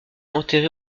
enterré